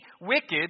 wicked